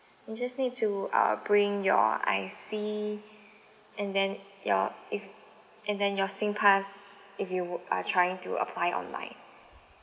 you just need to uh bring your I_C and then your if and then your singpass if you are trying to apply online